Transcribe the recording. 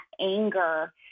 anger